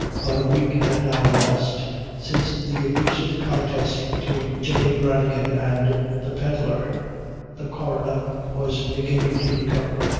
about a week had now elapsed since the abusive contest between jemmy branigan and the pedlar the coroner was beginning to recover,